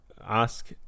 ask